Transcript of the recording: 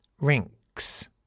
Rinks